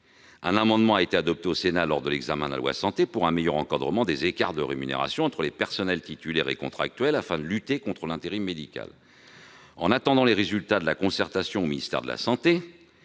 Un amendement a été adopté au Sénat lors de l'examen de la loi Santé pour un meilleur encadrement des écarts de rémunération entre les personnels titulaires et contractuels, afin de lutter contre l'intérim médical, en attendant les résultats de la concertation au ministère de la santé